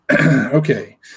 Okay